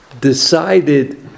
decided